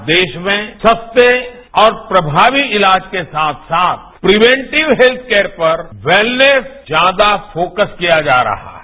आज देश में सस्ते और प्रमावी ईलाज के साथ साथ प्रिवेटिव हेत्थ केयर पर वेलनैस ज्यादा फ्रोक्स किया जा रहा है